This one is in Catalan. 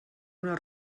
una